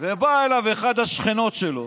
ובאה אליו אחת השכנות שלו